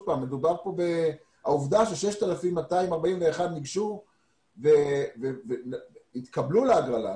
העובדה ש-6,241 ניגשו והתקבלו להגרלה.